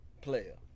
player